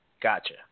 Gotcha